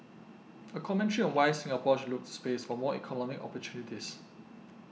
a commentary on why Singapore should look to space for more economic opportunities